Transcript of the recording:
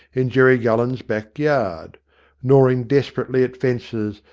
in jerry gullen's backyard gnawing desperately at fences,